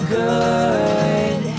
good